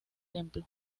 templo